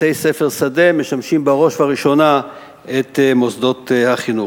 בתי-ספר שדה משמשים בראש ובראשונה את מוסדות החינוך.